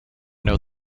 know